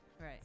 Right